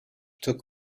took